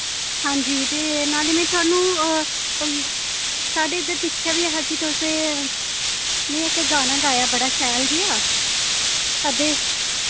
हांजी ते नाले मैं थुहानू साढ़े इद्धर दिक्खेआ बी ऐ हा कि तुस नि इक गाना गाया बड़ा शैल देआ अदे